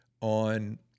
on